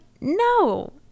no